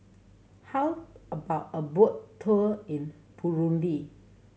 how about a boat tour in Burundi